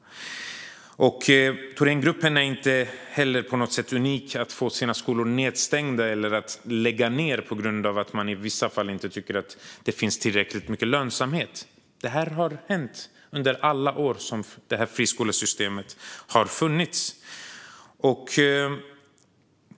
Thorengruppen är inte heller på något sätt unik när det handlar om att få sina skolor nedstängda eller i vissa fall lägga ned dem på grund av att man inte tycker att det finns tillräckligt mycket lönsamhet. Detta har hänt under alla år då det här friskolesystemet funnits.